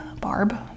Barb